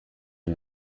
iyo